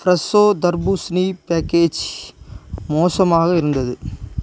ஃப்ரெஷோ தர்பூசணி பேக்கேஜ் மோசமாக இருந்தது